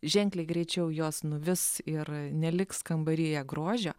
ženkliai greičiau jos nuvis ir neliks kambaryje grožio